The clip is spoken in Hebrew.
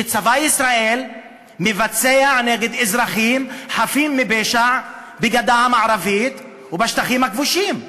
שצבא ישראל מבצע נגד אזרחים חפים מפשע בגדה המערבית ובשטחים הכבושים.